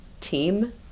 team